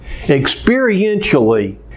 experientially